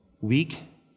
weak